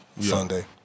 Sunday